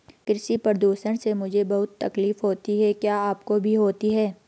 कृषि प्रदूषण से मुझे बहुत तकलीफ होती है क्या आपको भी होती है